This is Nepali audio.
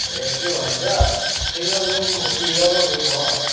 ए के भन्छ सिङ्गल रुम हो डबल रुम हो